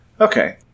Okay